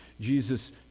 Jesus